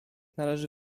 należy